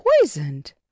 poisoned